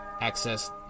access